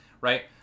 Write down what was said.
right